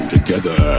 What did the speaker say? Together